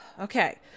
okay